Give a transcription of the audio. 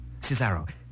Cesaro